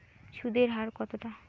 সুদের হার কতটা?